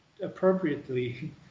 appropriately